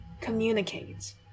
communicate